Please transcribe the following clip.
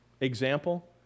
example